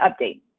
update